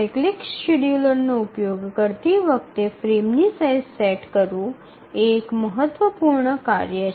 cyclic શેડ્યૂલરનો ઉપયોગ કરતી વખતે ફ્રેમની સાઇઝ સેટ કરવું એ એક મહત્વપૂર્ણ કાર્ય છે